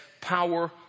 power